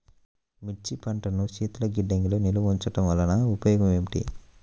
మిర్చి పంటను శీతల గిడ్డంగిలో నిల్వ ఉంచటం వలన ఉపయోగం ఏమిటి?